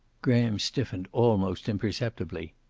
graham stiffened almost imperceptibly.